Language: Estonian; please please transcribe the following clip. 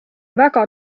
väga